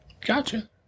Gotcha